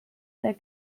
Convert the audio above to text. der